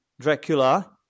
Dracula